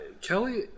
Kelly